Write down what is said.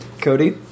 Cody